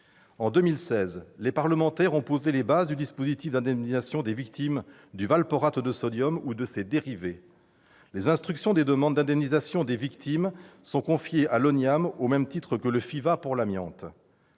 En 2016, les parlementaires ont posé les bases du dispositif d'indemnisation des victimes du valproate de sodium ou de ses dérivés. Les instructions des demandes d'indemnisation des victimes sont confiées à l'Office national d'indemnisation